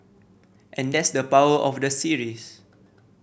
and that's the power of the series